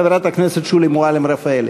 חברת הכנסת שולי מועלם-רפאלי.